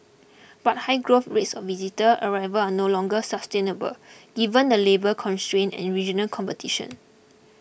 but high growth rates of visitor arrival are no longer sustainable given the labour constraints and regional competition